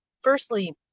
Firstly